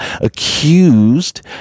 accused